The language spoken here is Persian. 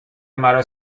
مرا